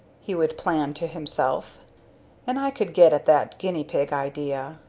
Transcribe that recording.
he would plan to himself and i could get at that guinea pig idea.